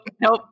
nope